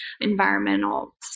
environmental